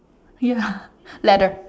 ya ladder